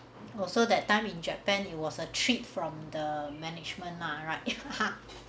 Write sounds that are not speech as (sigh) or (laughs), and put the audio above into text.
oh so that time in japan it was a treat from the management lah right (laughs)